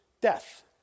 death